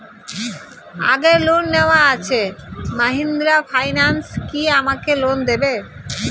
আগের লোন নেওয়া আছে মাহিন্দ্রা ফাইন্যান্স কি আমাকে লোন দেবে?